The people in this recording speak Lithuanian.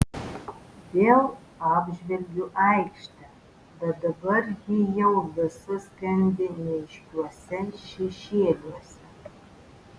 vėl apžvelgiu aikštę bet dabar ji jau visa skendi neaiškiuose šešėliuose